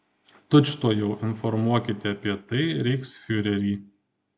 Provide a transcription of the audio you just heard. tučtuojau informuokite apie tai reichsfiurerį